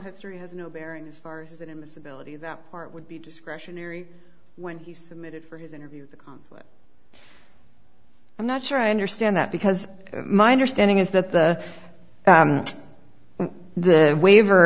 history has no bearing as far as that invisibility that part would be discretionary when he submitted for his interview the conflict i'm not sure i understand that because my understanding is that the the waiver